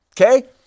okay